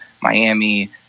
miami